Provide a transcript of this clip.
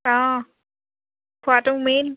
অঁ খোৱাটো মেইন